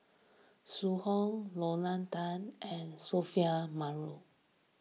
Zhu Hong Lorna Tan and Sophia